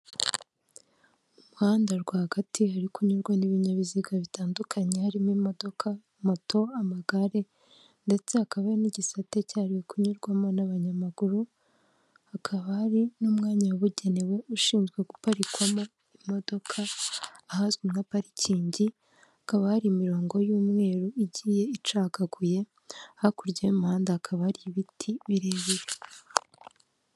Mu muhanda rwagati hari kunyurwa n'ibinyabiziga bitandukanye, harimo imodoka, moto, amagare, ndetse hakaba n'igisate cyahariwe kunyurwamo n'abanyamaguru, hakaba hari n'umwanya wabugenewe ushinzwe guparikwamo imodoka ahazwi nka parikingi, hakaba hari imirongo y'umweru igiye icagaguye, hakurya y'umuhanda hakaba hari ibiti birebire.